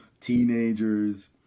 teenagers